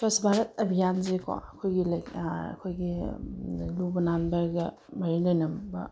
ꯁ꯭ꯋꯥꯁ ꯚꯥꯔꯠ ꯑꯕꯤꯌꯥꯟꯖꯦꯀꯣ ꯑꯩꯈꯣꯏꯒꯤ ꯑꯩꯈꯣꯏꯒꯤ ꯂꯨꯕ ꯅꯥꯟꯕꯗ ꯃꯔꯤ ꯂꯩꯅꯕ